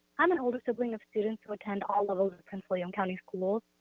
i'm an older sibling of students who attend all levels of prince william county schools.